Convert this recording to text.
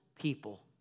people